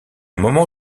moment